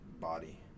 body